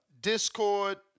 Discord